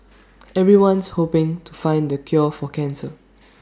everyone's hoping to find the cure for cancer